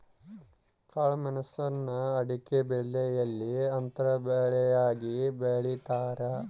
ಕಾಳುಮೆಣುಸ್ನ ಅಡಿಕೆಬೆಲೆಯಲ್ಲಿ ಅಂತರ ಬೆಳೆಯಾಗಿ ಬೆಳೀತಾರ